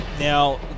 Now